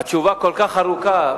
התשובה כל כך ארוכה.